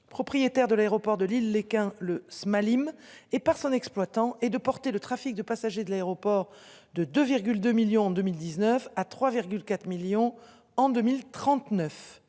propriétaire de l'aéroport de l'île Léquin le s'Malim et par son exploitant et de porter le trafic de passagers de l'aéroport de de 2 millions en 2019 à 3, 4 millions en 2039.